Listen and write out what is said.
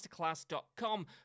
masterclass.com